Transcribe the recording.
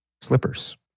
slippers